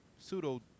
pseudo